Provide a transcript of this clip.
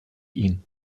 ihn